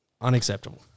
Unacceptable